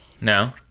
No